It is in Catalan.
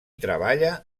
treballa